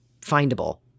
findable